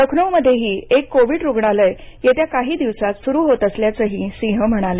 लखनौमध्येही एक कोविड रुग्णालय येत्या काही दिवसांत सुरू होत असल्याचंही सिंह म्हणाले